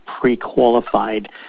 pre-qualified